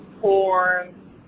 Porn